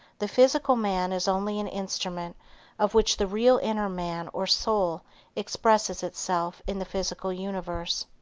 the physical man is only an instrument of which the real inner man or soul expresses itself in the physical universe.